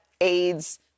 aids